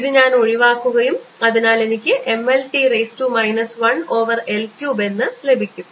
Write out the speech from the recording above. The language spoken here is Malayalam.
ഇത് ഞാൻ ഒഴിവാക്കുകയും അതിനാൽ എനിക്ക് M L T raise to minus 1 over L cube എന്ന് ലഭിക്കും